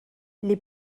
les